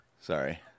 Sorry